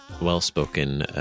Well-spoken